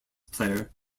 player